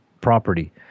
property